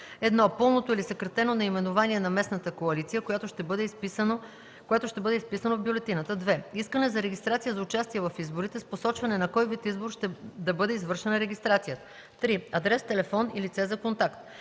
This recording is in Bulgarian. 1. пълното или съкратено наименование на местната коалиция, което ще бъде изписано в бюлетината; 2. искане за регистрация за участие в изборите с посочване за кой вид избор да бъде извършена регистрацията; 3. адрес, телефон и лице за контакт.